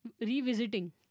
revisiting